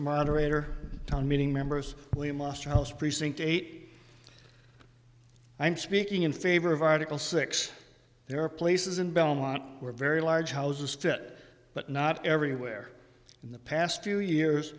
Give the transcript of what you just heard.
a moderator town meeting members william osterhaus precinct eight i'm speaking in favor of article six there are places in belmont were very large houses fit but not everywhere in the past few years